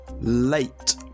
Late